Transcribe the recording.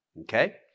Okay